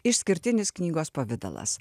išskirtinis knygos pavidalas